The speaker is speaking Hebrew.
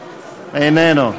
איננו.